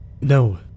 No